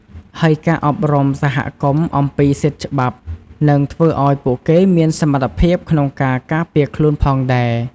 ហើយការអប់រំសហគមន៍អំពីសិទ្ធិច្បាប់នឹងធ្វើឱ្យពួកគេមានសមត្ថភាពក្នុងការការពារខ្លួនផងដែរ។